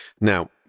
Now